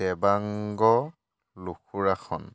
Debang Lukurakhon